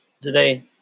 today